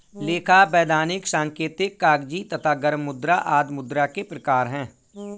लेखा, वैधानिक, सांकेतिक, कागजी तथा गर्म मुद्रा आदि मुद्रा के प्रकार हैं